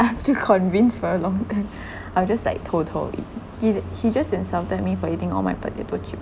I've to convince for a long time I'll just like 偷偷 eat he he just insulted me for eating all my potato chips